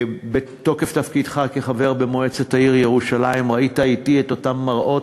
בתוקף תפקידך כחבר במועצת העיר ירושלים ראית אתי את אותם מראות,